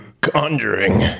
Conjuring